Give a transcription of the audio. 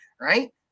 right